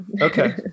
Okay